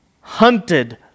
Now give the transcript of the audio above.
hunted